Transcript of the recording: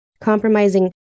compromising